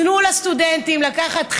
תנו לסטודנטים לקחת חלק.